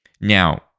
Now